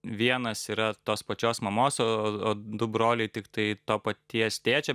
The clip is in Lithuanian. vienas yra tos pačios mamos o o o du broliai tiktai to paties tėčio